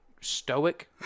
stoic